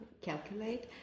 calculate